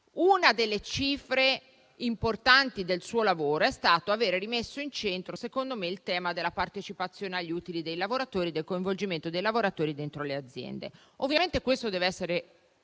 Una delle cifre importanti del suo lavoro è stata aver rimesso al centro il tema della partecipazione agli utili e del coinvolgimento dei lavoratori dentro le aziende. Ovviamente a questo si deve